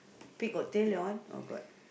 pig got tail that one oh got